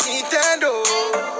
Nintendo